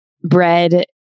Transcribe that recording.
bread